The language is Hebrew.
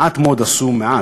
מעט מאוד עשו מעט,